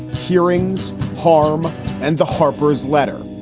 hearings, harm and the harpers letter